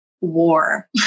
war